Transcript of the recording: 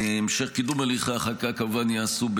המשך קידום הליכי החקיקה יעשה,